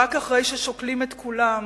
ורק אחרי ששוקלים את כולם